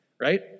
right